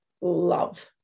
love